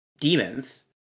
demons